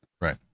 right